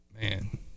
man